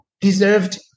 deserved